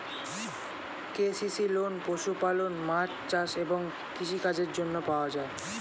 KCC loan পশুপালন, মাছ চাষ এবং কৃষি কাজের জন্য পাওয়া যায়